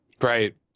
Right